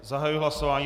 Zahajuji hlasování.